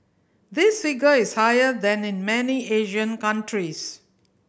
this figure is higher than in many Asian countries